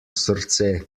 srce